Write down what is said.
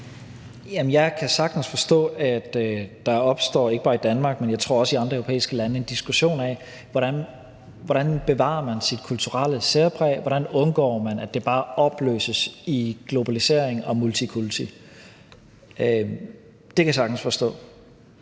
Jeg kan sagtens forstå, at der opstår – ikke bare i Danmark, men jeg tror også i andre europæiske lande – en diskussion af, hvordan man bevarer sit kulturelle særpræg, hvordan man undgår, at det bare opløses i globalisering og multikulti. Det kan jeg sagtens forstå.